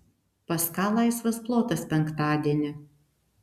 pas ką laisvas plotas penktadienį